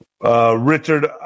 Richard